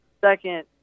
second